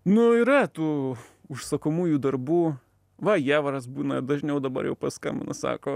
nu yra tų užsakomųjų darbų va jievaras būna dažniau dabar jau paskambina sako